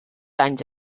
anys